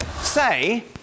say